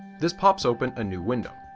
this pops open a new window.